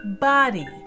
body